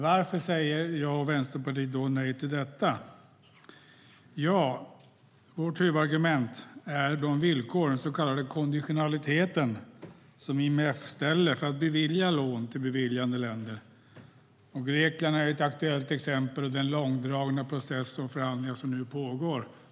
Varför säger jag och Vänsterpartiet nej till detta? Vårt huvudargument är de villkor, den så kallade konditionaliteten, som IMF ställer för att bevilja lån till länder. Grekland är ett aktuellt exempel med den långdragna process och de förhandlingar som nu pågår.